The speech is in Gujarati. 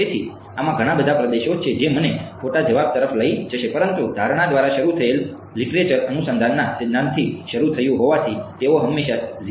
તેથી આમાં ઘણા બધા પ્રદેશો છે જે મને ખોટા જવાબ તરફ લઈ જશે પરંતુ ધારણા દ્વારા શરૂ થયેલ લીટરેચર અનુસંધાનના સિદ્ધાંતથી શરૂ થયું હોવાથી તેઓ હંમેશા થી શરૂ થયા છે